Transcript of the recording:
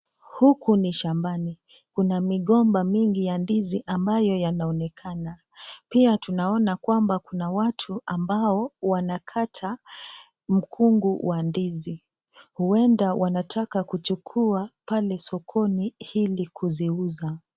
Huku ni shambani. Kuna migomba mingi ya ndizi ambayo yanaonekana. Pia tunaona kwamba kuna watu ambao wanakata mkungu wa ndizi. Huenda wanataka kuchukua pale sokoni ili kuziuza.